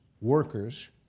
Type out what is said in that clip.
workers